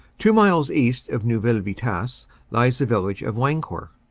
two miles east of neuville vi tasse lies the village of wancourt,